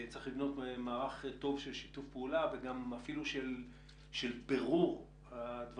וצריך לבנות מערך טוב של שיתוף פעולה וגם אפילו של בירור הדברים,